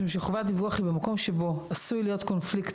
משום שחובת דיווח היא במקום שבו עשוי להיות קונפליקט